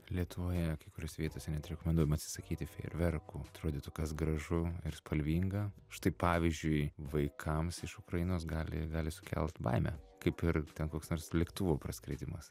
lietuvoje kai kuriose vietose net rekomenduojama atsisakyti fejerverkų atrodytų kas gražu ir spalvinga štai pavyzdžiui vaikams iš ukrainos gali gali sukelt baimę kaip ir ten koks nors lėktuvo praskridimas